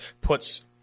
puts